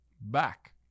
back